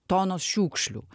tonos šiukšlių